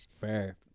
Fair